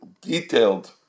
detailed